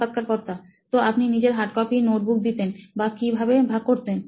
সাক্ষাৎকারকর্তা তো আপনি নিজের হার্ডকপি নোটবুক দিতেন বা কি ভাবে ভাগ করতেন